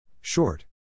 Short